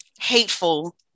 hateful